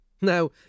Now